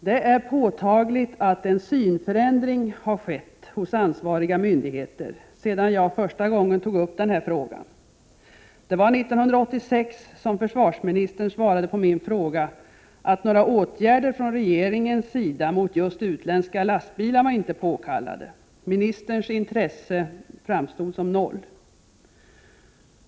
Det är påtagligt att en synförändring har skett hos ansvariga myndigheter, sedan jag första gången tog upp den här frågan. Det var 1986 som försvarsministern på min fråga svarade att några åtgärder från regeringens sida mot just utländska lastbilar inte var påkallade. Ministerns intresse framstod som noll.